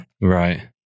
Right